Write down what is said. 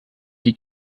die